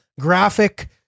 graphic